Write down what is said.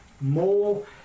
more